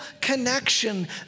connection